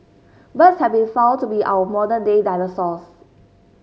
birds have been found to be our modern day dinosaurs